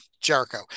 Jericho